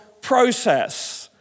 process